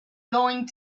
going